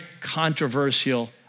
controversial